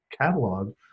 catalog